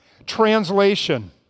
translation